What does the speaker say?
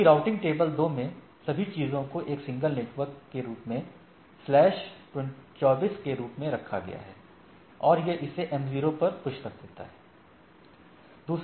जबकि routing table 2 में सभी चीजों को एक सिंगल नेटवर्क के रूप में स्लैश 24 के रूप में रखा गया है और यह इसे m0 पर पुस कर देता है